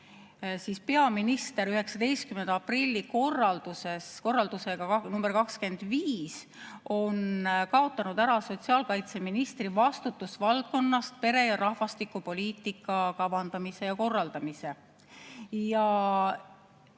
seda. Peaminister on 19. aprilli korraldusega nr 25 kaotanud sotsiaalkaitseministri vastutusvaldkonnast ära pere‑ ja rahvastikupoliitika kavandamise ja korraldamise.